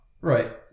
Right